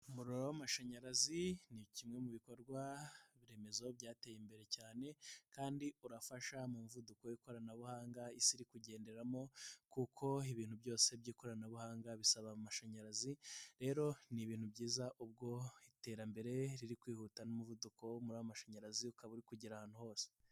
Umuriro w'amashanyarazi ni kimwe mu bikorwa remezo byateye imbere cyane kandi urafasha mu muvuduko w'ikoranabuhanga Isi iri kugenderamo kuko ibintu byose by'ikoranabuhanga bisaba amashanyarazi, rero ni ibintu byiza ubwo iterambere riri kwihuta n'umuvuduko w'amashanyarazi ukaba uri kugera ahantu hose.